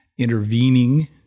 intervening